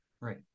Right